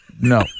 No